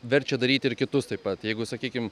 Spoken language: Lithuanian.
verčia daryti ir kitus taip pat jeigu sakykim